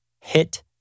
hit